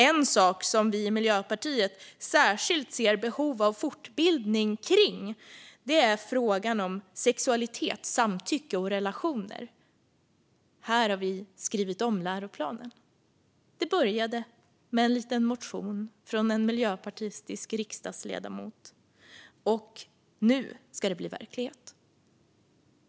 En sak som vi i Miljöpartiet särskilt ser behov av fortbildning kring är frågan om sexualitet, samtycke och relationer. Här har vi skrivit om läroplanen. Det började med en liten motion från en miljöpartistisk riksdagsledamot, och nu ska det bli verklighet.